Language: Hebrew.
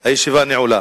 הישיבה נעולה.